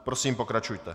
Prosím, pokračujte.